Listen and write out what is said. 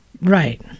Right